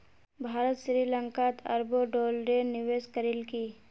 भारत श्री लंकात अरबों डॉलरेर निवेश करील की